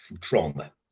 trauma